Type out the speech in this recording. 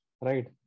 right